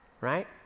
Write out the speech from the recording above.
right